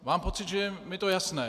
Mám pocit, že je mi to jasné.